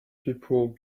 people